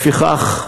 לפיכך,